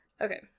Okay